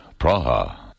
Praha